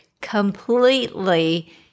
completely